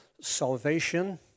salvation